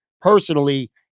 personally